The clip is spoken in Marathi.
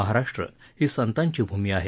महाराष्ट्र ही संतांची भूमी आहे